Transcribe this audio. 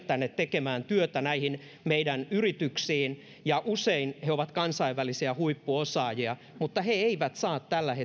tänne tekemään työtä näihin meidän yrityksiin usein he ovat kansainvälisiä huippuosaajia mutta he eivät saa tällä hetkellä